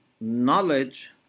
knowledge